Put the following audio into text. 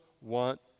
want